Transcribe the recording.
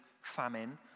famine